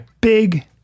big